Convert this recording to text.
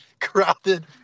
crowded